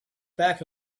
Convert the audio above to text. back